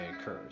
occurs